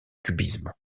cubisme